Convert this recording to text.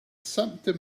sumpter